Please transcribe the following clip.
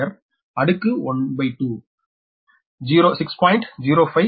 052 12 6